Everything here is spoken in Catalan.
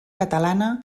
catalana